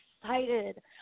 excited